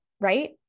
right